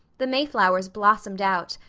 the mayflowers blossomed out,